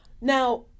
Now